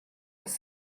was